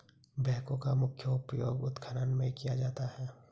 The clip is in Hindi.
बैकहो का मुख्य उपयोग उत्खनन में किया जाता है